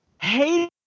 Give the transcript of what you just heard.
hate